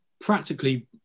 practically